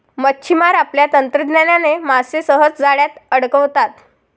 मच्छिमार आपल्या तंत्रज्ञानाने मासे सहज जाळ्यात अडकवतात